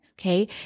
okay